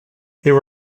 there